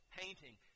painting